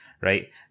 right